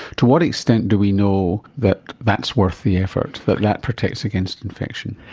to what extent do we know that that's worth the effort, that that protects against infection?